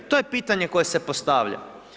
To je pitanje koje se postavlja?